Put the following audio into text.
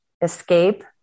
escape